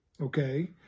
okay